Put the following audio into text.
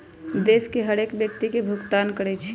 देश के हरेक व्यक्ति के भुगतान करइ छइ